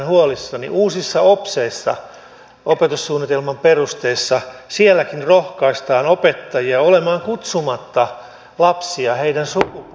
uusissa opseissa opetussuunnitelman perusteissa sielläkin rohkaistaan opettajia olemaan kutsumatta lapsia heidän sukupuolensa mukaan